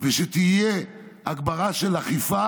ושתהיה הגברה של אכיפה,